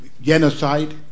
genocide